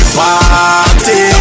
party